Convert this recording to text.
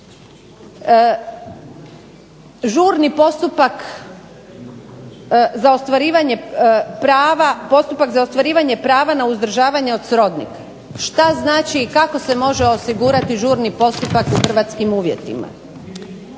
žurni postupak za ostvarivanje prava na uzdržavanja od srodnika. Što znači i kako se može osigurati žurni postupak u hrvatskim uvjetima.